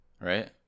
right